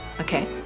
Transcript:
okay